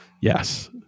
Yes